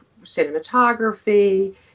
cinematography